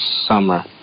summer